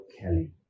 Kelly